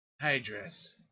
Hydras